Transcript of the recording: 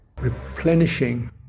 replenishing